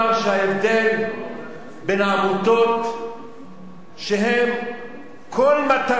אני רוצה לומר שההבדל בין העמותות שהן, כל מטרתן